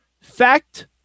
Fact